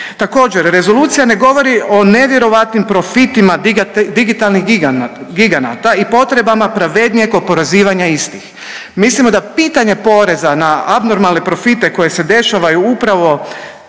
Također, rezolucija ne govori o nevjerojatnim profitima digitalnih giganata i potrebama pravednijeg oporezivanja istih. Mislimo da pitanje poreza na abnormalne profite koji se dešavaju upravo